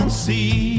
See